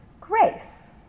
grace